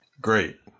Great